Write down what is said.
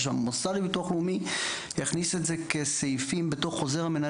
שמוסד הביטוח הלאומי הכניס את זה כסעיפים בתוך חוזר המנהל